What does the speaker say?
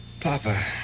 Papa